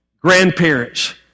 grandparents